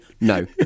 No